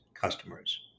customers